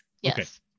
Yes